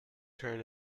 turn